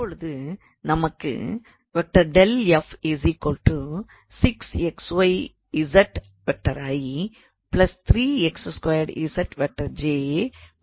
அப்பொழுது நமக்கு என்று கிடைக்கும்